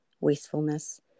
wastefulness